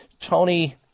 Tony